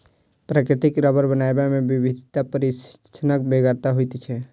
प्राकृतिक रबर बनयबा मे विधिवत प्रशिक्षणक बेगरता होइत छै